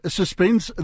suspense